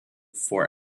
for